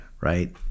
Right